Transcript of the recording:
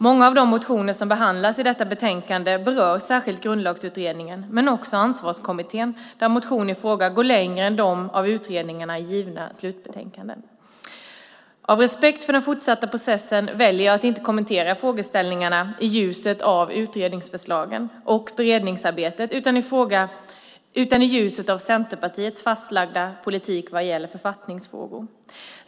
Många av de motioner som behandlas i detta betänkande berör särskilt Grundlagsutredningen men också Ansvarskommittén där motionerna i fråga går längre än utredningarnas slutbetänkanden. Av respekt för den fortsatta processen väljer jag att inte kommentera frågeställningarna i ljuset av utredningsförslagen och beredningsarbetet utan i ljuset av Centerpartiets fastlagda politik vad gäller författningsfrågor.